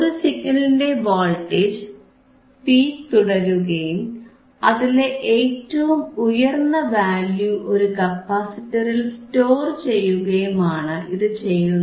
ഒരു സിഗ്നലിന്റെ voltage peak പിന്തുടരുകയും അതിലെ ഏറ്റവും ഉയർന്ന വാല്യൂ ഒരു കപ്പാസിറ്ററിൽ സ്റ്റോർ ചെയ്യുകയുമാണ് ഇതു ചെയ്യുന്നത്